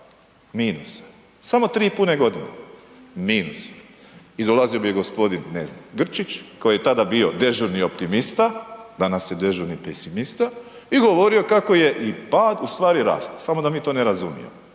minusa, samo tri pune godine, minus. I dolazio bi ne znam, gospodin Grčić koji je tada bio dežurni optimista, danas je dežurni pesimista i govorio kako je i pad ustvari rast, samo da mi to ne razumijemo.